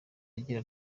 agira